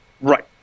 Right